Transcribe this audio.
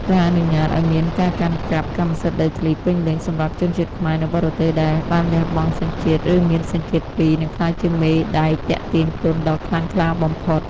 ការអនុញ្ញាតឱ្យមានការកាន់កាប់ "កម្មសិទ្ធិដីធ្លីពេញលេញ" សម្រាប់ជនជាតិខ្មែរនៅបរទេស (ដែលបានលះបង់សញ្ជាតិ ឬមានសញ្ជាតិពីរ) នឹងក្លាយជាមេដែកទាក់ទាញទុនដ៏ខ្លាំងក្លាបំផុត។